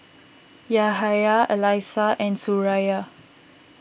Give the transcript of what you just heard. Yahya Alyssa and Suraya